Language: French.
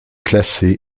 classé